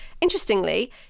interestingly